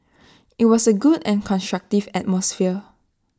IT was A good and constructive atmosphere